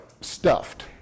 stuffed